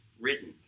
written